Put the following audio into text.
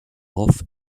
off